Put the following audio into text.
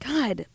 God